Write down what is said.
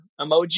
emoji